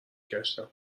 گشتم